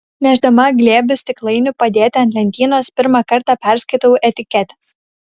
nešdama glėbius stiklainių padėti ant lentynos pirmą kartą perskaitau etiketes